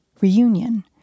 reunion